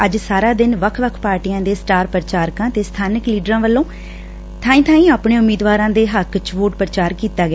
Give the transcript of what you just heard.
ਅੱਜ ਸਾਰਾ ਦਿਨ ਵੱਖ ਵੱਖ ਪਾਰਟੀਆਂ ਦੇ ਸਟਾਰ ਪ੍ਰਚਾਰਕਾਂ ਤੇ ਸਬਾਨਕ ਲੀਡਰਾਂ ਵੱਲੋਂ ਬਾਈਂ ਬਾਈਂ ਆਪਣੇ ਉਮੀਦਵਾਰਾਂ ਦੇ ਹੱਕ ਚ ਚੋਣ ਪ੍ਰਚਾਰ ਕੀਤਾ ਗਿਆ